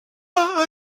bas